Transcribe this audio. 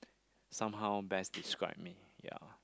somehow best describe me ya